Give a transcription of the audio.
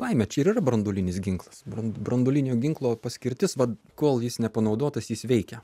baimė čia ir yra branduolinis ginklas branduolinio ginklo paskirtis mat kol jis nepanaudotas jis veikia